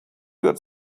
got